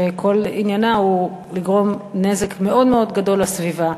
שכל עניינה הוא לגרום נזק מאוד מאוד גדול לסביבה,